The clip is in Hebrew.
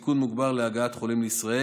שאכן קיים סיכון מוגבר להגעת חולים לישראל,